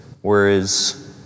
Whereas